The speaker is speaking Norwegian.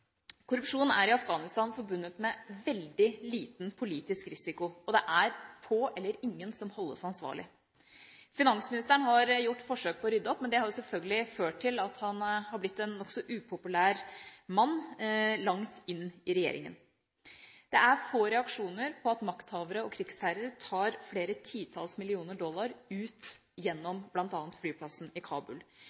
Korrupsjon er i Afghanistan forbundet med veldig liten politisk risiko, og det er få eller ingen som holdes ansvarlig. Finansministeren har gjort forsøk på å rydde opp, men det har selvfølgelig ført til at han har blitt en nokså upopulær mann langt inn i regjeringa. Det er få reaksjoner på at makthavere og krigsherrer tar ut flere titalls millioner dollar gjennom bl.a. flyplassen i Kabul.